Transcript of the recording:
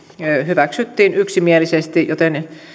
hyväksyttiin yksimielisesti joten